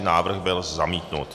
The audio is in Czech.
Návrh byl zamítnut.